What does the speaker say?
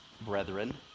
brethren